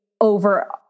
over